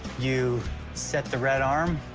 you set the red arm,